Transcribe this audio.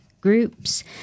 groups